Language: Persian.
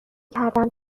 کردم